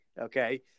Okay